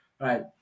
Right